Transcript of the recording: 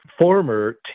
former